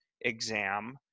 exam